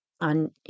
on